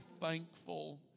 thankful